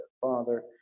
father